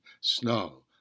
snow